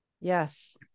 Yes